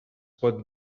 pot